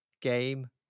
game